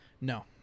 No